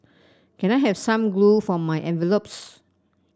can I have some glue for my envelopes